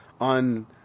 on